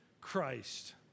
Christ